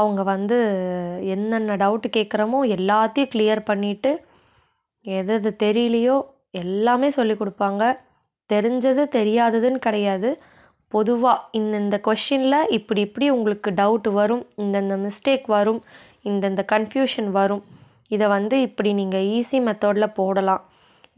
அவங்க வந்து என்னென்ன டவுட்டு கேக்கிறமோ எல்லாத்தையும் கிளியர் பண்ணிவிட்டு எது எது தெரியலையோ எல்லாமே சொல்லி கொடுப்பாங்க தெரிஞ்சது தெரியாததுன்னு கிடையாது பொதுவாக இந்த இந்த கொஷ்ஷினில் இப்படி இப்படி உங்களுக்கு டவுட்டு வரும் இந்த இந்த மிஸ்டேக் வரும் இந்த இந்த கன்ஃப்யூஷன் வரும் இதை வந்து இப்படி நீங்கள் ஈஸி மெத்தேர்டில் போடலாம்